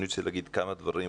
אני רוצה להגיד כמה דברים.